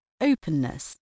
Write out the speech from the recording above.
openness